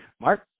Mark